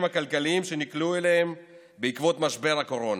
הכלכליים שנקלעו אליהם בעקבות משבר הקורונה.